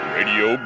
Radio